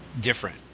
different